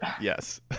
Yes